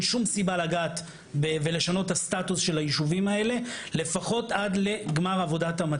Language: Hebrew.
שום סיבה לשנות את הסטטוס של היישובים האלה לפחות עד לגמר עבודת המטה.